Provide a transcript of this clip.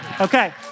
Okay